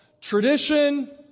tradition